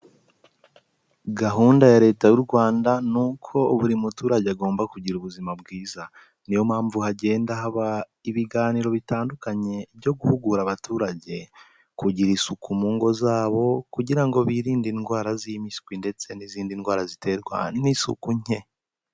Gahunda ya Leta y'u Rwanda ni uko buri muturage agomba kugira ubuzima bwiza, ni yo mpamvu hagenda haba ibiganiro bitandukanye byo guhugura abaturage, kugira isuku mu ngo zabo kugira ngo birinde indwara z'impiswi ndetse n'izindi ndwara ziterwa n'isuku nke.